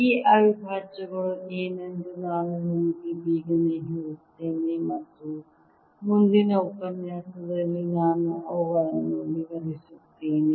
ಈ ಅವಿಭಾಜ್ಯಗಳು ಏನೆಂದು ನಾನು ನಿಮಗೆ ಬೇಗನೆ ಹೇಳುತ್ತೇನೆ ಮತ್ತು ಮುಂದಿನ ಉಪನ್ಯಾಸದಲ್ಲಿ ನಾನು ಅವುಗಳನ್ನು ವಿವರಿಸುತ್ತೇನೆ